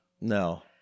No